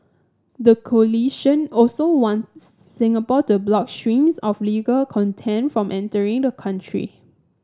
the coalition also wants Singapore to block streams of legal content from entering the country